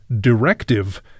directive